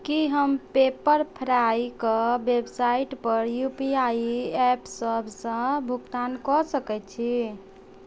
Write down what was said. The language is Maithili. की हम पेपर फ्राइ कऽ वेबसाइट पर यू पी आइ एप सभसँ भुगतान कऽ सकैत छी